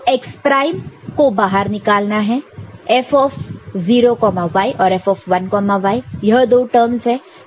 तो x prime को बाहर निकाला है F 0y और F1y यह दो टर्मस है